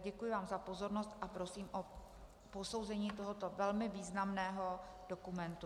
Děkuji vám za pozornost a prosím o posouzení tohoto velmi významného dokumentu.